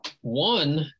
One